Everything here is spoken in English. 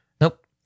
nope